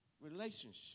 relationship